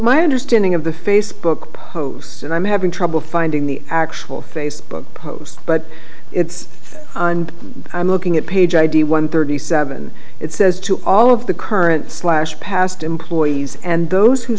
my understanding of the facebook post and i'm having trouble finding the actual facebook post but it's i'm looking at page id one thirty seven it says to all of the current slashed past employees and those who